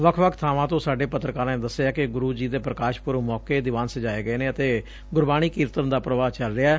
ਵੱਖ ਵੱਖ ਬਾਵਾਂ ਤੋਂ ਸਾਡੇ ਪਤਰਕਾਰਾਂ ਨੇ ਦਸਿਐ ਕਿ ਗੁਰੁ ਜੀ ਦੇ ਪੁਕਾਸ਼ ਪੁਰਬ ਮੌਕੇ ਦਿਵਾਨ ਸਜਾਏ ਗਏ ਨੇ ਅਤੇ ਗੁਰਬਾਣੀ ਕੀਰਤਨ ਦਾ ਪੁਵਾਹ ਚੱਲ ਰਿਹੈ